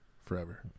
forever